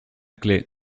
clef